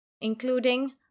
including